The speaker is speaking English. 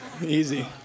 Easy